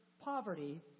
poverty